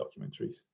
documentaries